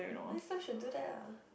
next time should do that lah